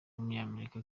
w’umunyamerika